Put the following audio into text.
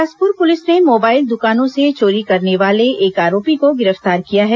Bilaspur police ने mobile दुकानों से चोरी करने वाले एक आरोपी को गिरफ्तार किया है